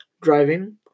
driving